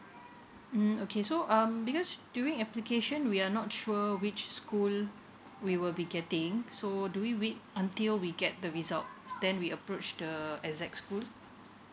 mm okay so um because during application we are not sure which school we will be getting so do we wait until we get the results then we approach the exact school